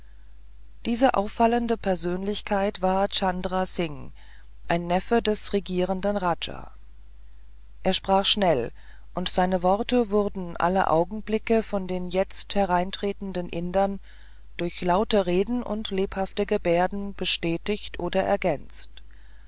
diese auffallende persönlichkeit war chandra singh ein neffe des regierenden raja er sprach schnell und seine worte wurden alle augenblicke von den jetzt hereingetretenen indern durch laute reden und lebhafte gebärden bestätigt oder ergänzt